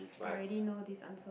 I already know this answer